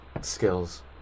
skills